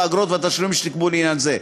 האגרות והתשלומים שנקבעו לעניין זה.